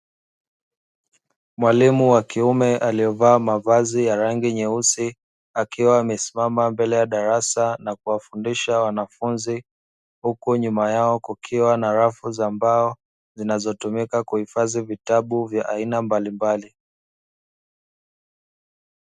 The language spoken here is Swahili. Mwalimu wa kiume aliovaa mavazi ya rangi nyeusi, akiwa amesimama mbele ya darasa na kuwafundisha wanafunzi, huku nyuma yao kukiwa na rafu za mbao zinazotumika kuhifadhi vitabu vya aina mbalimbali.